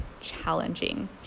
challenging